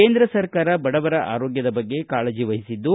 ಕೇಂದ್ರ ಸರ್ಕಾರ ಬಡವರ ಆರೋಗ್ಯದ ಬಗ್ಗೆ ಕಾಳಜಿ ವಹಿಸಿದ್ದು